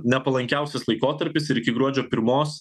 nepalankiausias laikotarpis ir iki gruodžio pirmos